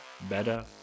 better